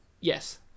Yes